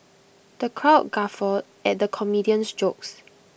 the crowd guffawed at the comedian's jokes